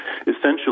essentially